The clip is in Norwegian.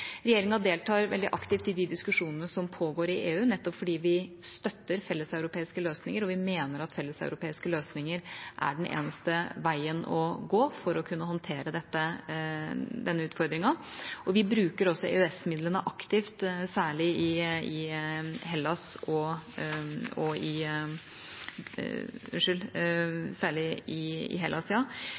Regjeringa deltar veldig aktivt i de diskusjonene som pågår i EU, nettopp fordi vi støtter felleseuropeiske løsninger og mener at felleseuropeiske løsninger er den eneste veien å gå for å kunne håndtere denne utfordringen. Vi bruker også EØS-midlene aktivt, særlig i Hellas, men også i Bulgaria og